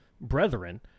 brethren